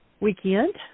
weekend